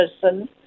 person